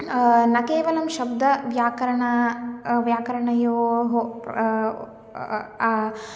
न केवलं शब्द व्याकरण व्याकरणयोः